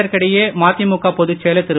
இதற்கிடையே மதிமுக பொதுச்செயலர் திரு